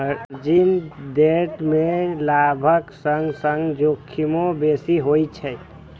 margin trade मे लाभक संग संग जोखिमो बेसी होइ छै